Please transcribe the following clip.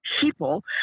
people